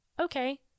okay